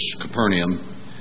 Capernaum